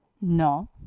No